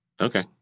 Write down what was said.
Okay